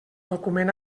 document